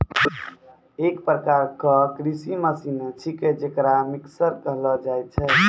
एक प्रकार क कृषि मसीने छिकै जेकरा मिक्सर कहलो जाय छै